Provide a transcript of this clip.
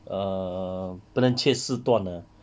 err 不能切四段 ah